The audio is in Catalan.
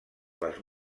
les